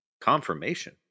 confirmation